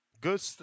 good